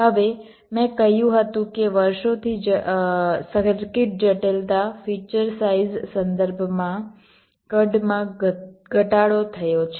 હવે મેં કહ્યું હતું કે વર્ષોથી સર્કિટ જટિલતા ફીચર સાઈઝ સંદર્ભમાં કદમાં ઘટાડો થયો છે